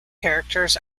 characters